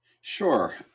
Sure